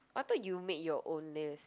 I thought you make your own list